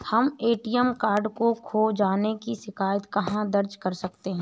हम ATM card खो जाने की शिकायत कहाँ दर्ज कर सकते हैं?